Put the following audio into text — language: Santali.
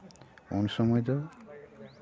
ᱩᱱ ᱥᱚᱢᱚᱭ ᱫᱚ ᱟᱨᱚ